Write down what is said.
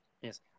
Yes